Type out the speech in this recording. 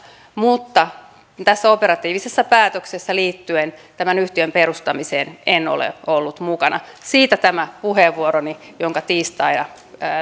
mutta tässä operatiivisessa päätöksessä liittyen tämän yhtiön perustamiseen en ole ollut mukana siitä tämä puheenvuoroni jonka tiistaina